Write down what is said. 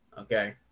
Okay